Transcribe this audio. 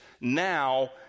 now